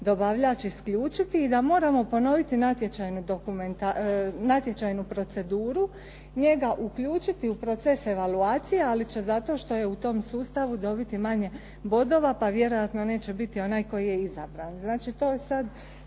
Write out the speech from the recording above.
dobavljač isključiti i da moramo ponoviti natječajnu proceduru, njega uključiti u proces evaluacije, ali će zato što je u tom sustavu dobiti manje bodova pa vjerojatno neće biti onaj koji je izabran. Znači to je sad